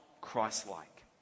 Christ-like